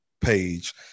page